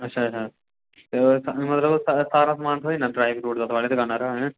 अच्छा अच्छा ते मतलब सारा सारा सामान थ्होई जाना ड्राई फ्रूट दा थुआढ़ी दकानै पर गै न